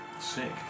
Sick